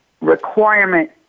requirement